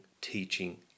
teaching